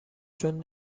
چون